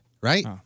right